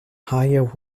higher